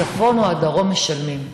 הצפון או הדרום משלמים.